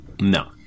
No